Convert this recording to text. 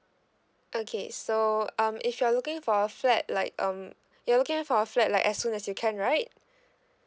okay so um if you're looking for a flat like um you are looking for a flat like as soon as you can right